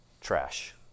Trash